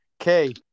Okay